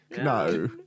No